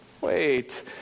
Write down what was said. wait